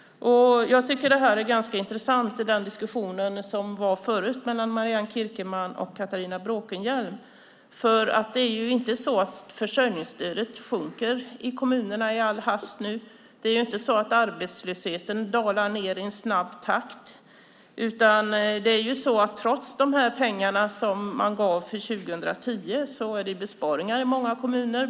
Den diskussion som var förut mellan Marianne Kierkemann och Catharina Bråkenhielm var intressant. Det är inte så att kostnaden för försörjningsstöd minskar i kommunerna i all hast eller att arbetslösheten dalar i snabb takt. Trots pengarna regeringen gav för 2010 är det besparingar i många kommuner.